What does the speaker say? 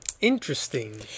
Interesting